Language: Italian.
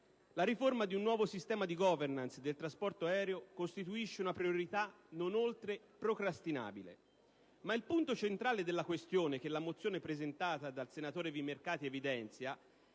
La riforma di un nuovo sistema di «*governance*» del trasporto aereo costituisce una priorità non oltre procrastinabile. Ma il punto centrale della questione, che la mozione n. 11 (testo 2) presentata dal senatore Vimercati evidenzia,